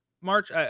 March